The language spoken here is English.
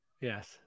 Yes